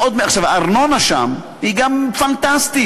הארנונה שם היא גם פנטסטית,